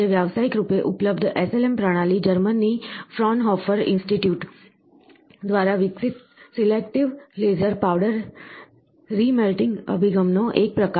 આજે વ્યાવસાયિક રૂપે ઉપલબ્ધ SLM પ્રણાલી જર્મનીની ફ્રોનહોફર ઇન્સ્ટિટ્યુટ દ્વારા વિકસિત સિલેક્ટિવ લેસર પાવડર રીમેલ્ટિંગ અભિગમ નો એક પ્રકાર છે